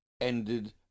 ended